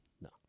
No